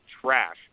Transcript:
trash